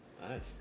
Nice